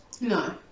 No